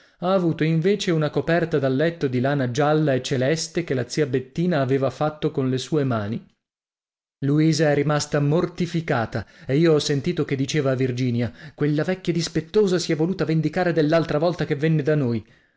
ha avuto invece una coperta da letto di lana gialla e celeste che la zia bettina aveva fatto con le sue mani luisa è rimasta mortificata e io ho sentito che diceva a virginia quella vecchia dispettosa si è voluta vendicare dell'altra volta che venne da noi